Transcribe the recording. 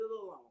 alone